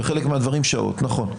וחלק מהדברים שעות, נכון.